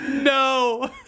no